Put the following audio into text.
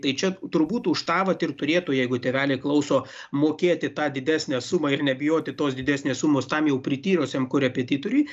tai čia turbūt už tą vat ir turėtų jeigu tėveliai klauso mokėti tą didesnę sumą ir nebijoti tos didesnės sumos tam jau prityrusiam korepetitoriui